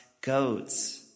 goats